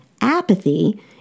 apathy